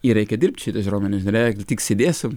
jai reikia dirbti šitas raumenis ir jeigu tik sėdėsim